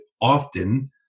often